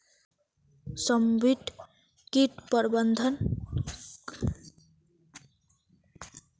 समन्वित किट प्रबंधन कहाक कहाल जाहा झे?